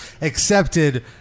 Accepted